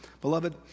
Beloved